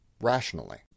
rationally